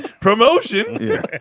promotion